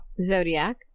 Zodiac